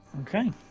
okay